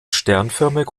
sternförmig